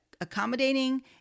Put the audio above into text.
Accommodating